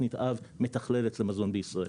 תוכנית על מתכללת של המזון בישראל,